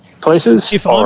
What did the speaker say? places